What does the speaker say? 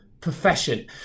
profession